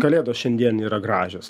kalėdos šiandien yra gražios